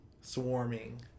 swarming